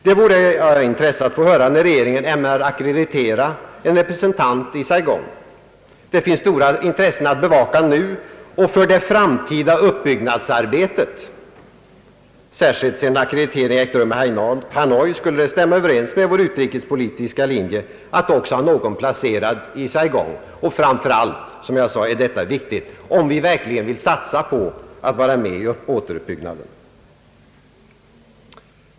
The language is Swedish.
Det vore av intresse att få besked om när regeringen ämnar ackreditera en representant i Saigon. Det finns stora intressen att bevaka både nu och för det framtida uppbyggnadsarbetet. Särskilt sedan ackreditering ägt rum i Hanoi skulle det stämma överens med vår utrikespolitiska linje att också ha någon representant placerad i Saigon. Som jag sade är detta framför allt viktigt om vi verkligen vill satsa på att vara med om återuppbyggnadsarbetet.